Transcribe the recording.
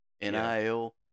nil